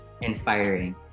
Inspiring